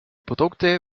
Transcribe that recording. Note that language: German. produkte